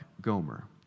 Gomer